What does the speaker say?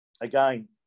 Again